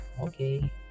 Okay